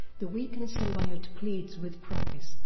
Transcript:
the weakened symbiote pleads with price,